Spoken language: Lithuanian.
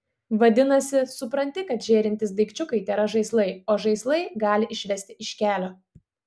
vadinasi supranti kad žėrintys daikčiukai tėra žaislai o žaislai gali išvesti iš kelio